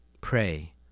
Pray